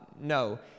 no